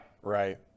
Right